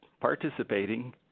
participating